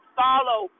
follow